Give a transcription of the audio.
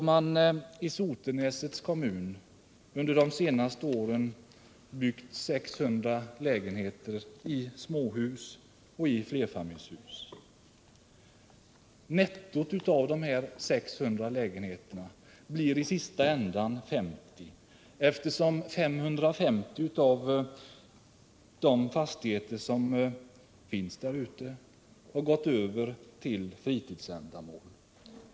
I Sonetäs kommun har det under de senaste åren byggts 600 lägenheter i småhus och flerfamiljshus. Nettot av de 600 lägenheterna blir i sista änden 50, eftersom 550 av de fastigheter som finns i kommunen har gått över till att utnyttjas för fritidsändamål.